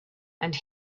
and